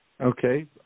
okay